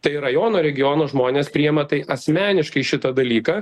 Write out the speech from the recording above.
tai rajono regiono žmonės priima tai asmeniškai šitą dalyką